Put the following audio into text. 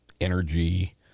energy